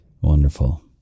wonderful